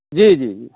जी जी जी